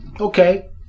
Okay